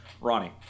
Ronnie